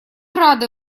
рады